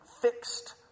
fixed